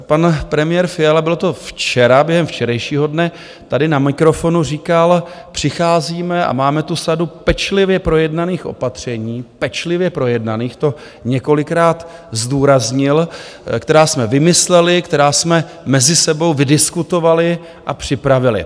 Pan premiér Fiala, bylo to včera, během včerejšího dne tady na mikrofonu říkal: přicházíme a máme tu sadu pečlivě projednaných opatření, pečlivě projednaných, to několikrát zdůraznil, která jsme vymysleli, která jsme mezi sebou vydiskutovali a připravili.